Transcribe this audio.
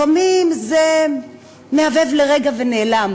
לפעמים זה מהבהב לרגע ונעלם